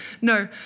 No